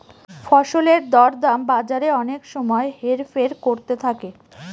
ফসলের দর দাম বাজারে অনেক সময় হেরফের করতে থাকে